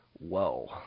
Whoa